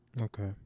Okay